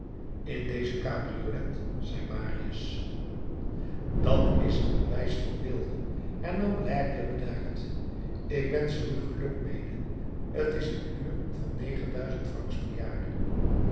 in deze cabriolet zei marius dat is een bewijs van weelde hernam l'aigle bedaard ik wensch er u geluk mede t is een huur van francs per jaar